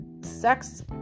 sex